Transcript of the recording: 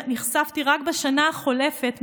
שאליהם נחשפתי רק בשנה החולפת,